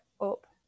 up